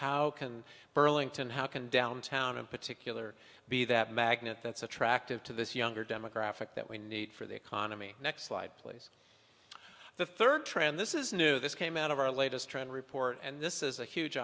can burlington how can downtown in particular be that magnet that's attractive to this younger demographic that we need for the economy next slide please the third trend this is new this came out of our latest trend report and this is a huge